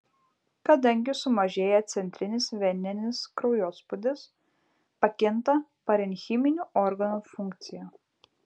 kadangi sumažėja centrinis veninis kraujospūdis pakinta parenchiminių organų funkcija